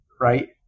right